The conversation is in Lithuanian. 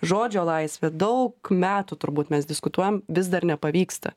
žodžio laisvė daug metų turbūt mes diskutuojam vis dar nepavyksta